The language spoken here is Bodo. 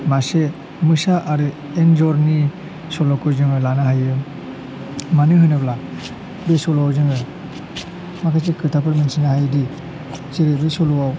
मासे मोसा आरो एन्जरनि सल'खौ जोङो लानो हायो मानो होनोब्ला बे सल'आव जोङो माखासे खोथाफोर मिथिनो हायोदि जेरै बे सल'आव